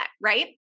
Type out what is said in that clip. Right